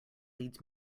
leads